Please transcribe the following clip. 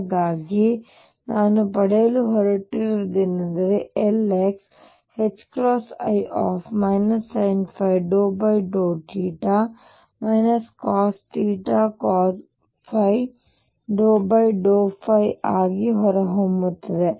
ಹಾಗಾಗಿ ಆಗ ನಾನು ಪಡೆಯಲು ಹೊರಟಿರುವುದೇನೆಂದರೆ Lx i sinϕ∂θ cotθcosϕ∂ϕ ಆಗಿ ಹೊರಹೊಮ್ಮುತ್ತದೆ